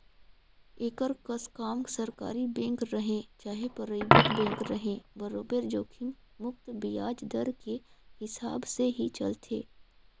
एकर कस काम सरकारी बेंक रहें चाहे परइबेट बेंक रहे बरोबर जोखिम मुक्त बियाज दर के हिसाब से ही चलथे